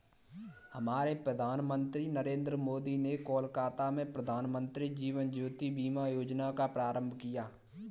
हमारे प्रधानमंत्री नरेंद्र मोदी ने कोलकाता में प्रधानमंत्री जीवन ज्योति बीमा योजना का प्रारंभ किया